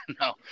No